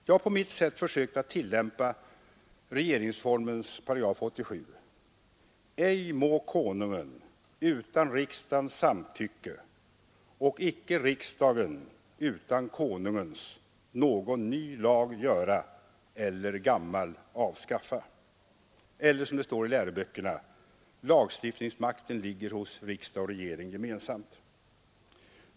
Jag har på mitt sätt försökt tillämpa regeringsformens § 87: ”Ej må konungen utan riksdagens samtycke, och icke riksdagen utan Konungens, någon ny lag göra eller gammal avskaffa.” Eller som det står i läroböckerna: Lagstiftningsmakten ligger hos riksdag och regering gemensamt.